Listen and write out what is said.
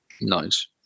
Nice